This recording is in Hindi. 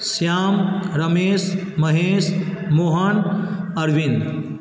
श्याम रमेश महेश मोहन अरविंद